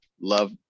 love